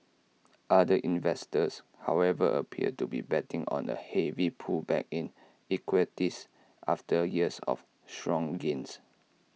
other investors however appear to be betting on A heavy pullback in equities after years of strong gains